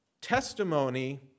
testimony